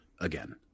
again